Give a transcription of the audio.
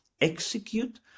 execute